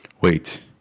Wait